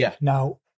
Now